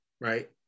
right